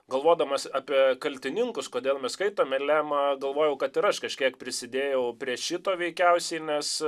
galvodamas apie kaltininkus kodėl mes skaitome lemą galvojau kad ir aš kažkiek prisidėjau prie šito veikiausiai nes